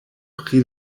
pri